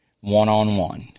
one-on-one